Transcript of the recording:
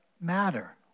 matter